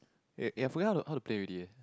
eh I I forgot how to how to play already eh